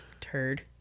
turd